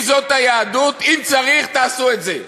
אם זאת היהדות, אם צריך, תעשו את זה.